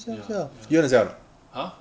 ya ya !huh!